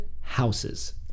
houses